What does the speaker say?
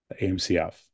AMCF